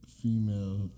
female